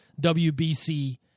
WBC